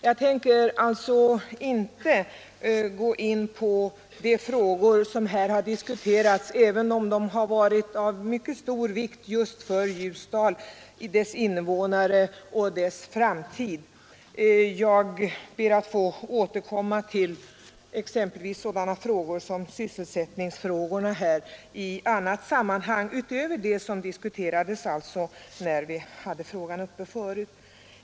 Jag ämnar alltså inte gå in på de frågor som här har diskuterats, även om de har varit av mycket stor vikt just för Ljusdal, dess invånare och dess framtid. Jag ber att i annat sammanhang — utöver vad som diskuterades när vi hade ärendet uppe tidigare — få återkomma till sådana frågor som bl.a. rör sysselsättningen där.